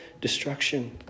destruction